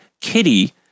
kitty